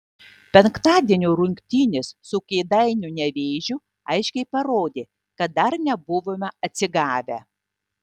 penktadienio rungtynės su kėdainių nevėžiu aiškiai parodė kad dar nebuvome atsigavę